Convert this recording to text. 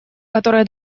которые